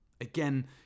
Again